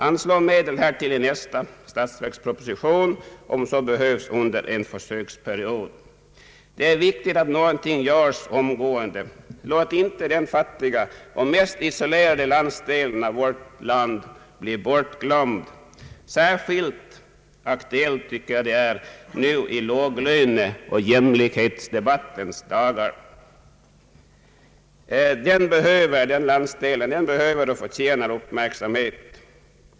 Anslå medel härtill i nästa statsverksproposition, om så behövs under en försöksperiod! Det är viktigt att något göres omgående. Låt inte denna fattiga och mest isolerade del av vårt land bli bortglömd! Särskilt aktuellt tycker jag att det är nu i låglöneoch jämlikhetsdebattens dagar. Den landsdelen behöver och förtjänar uppmärksamhet.